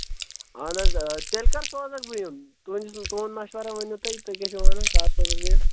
اَہن حظ تیٚلہِ کر سوزَکھ بہٕ یِم تُہِنٛدِس تُہُنٛد مَشوارا ؤنِو تُہۍ تُہۍ کیٛاہ چھِو وَنان کر سوزَکھ بہٕ یِم